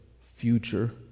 future